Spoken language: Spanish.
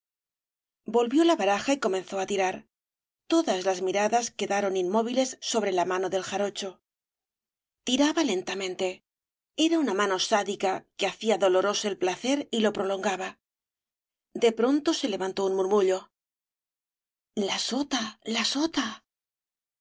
volvió la baraja y comenzó á tirar todas las miradas quedaron inmóviles sobre la mano del jarocho tiraba lentamente era una o s obras de valle inclan mano sádica que hacía doloroso el placer y lo prolongaba de pronto se levantó un murmullo la sota la sota